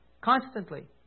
Constantly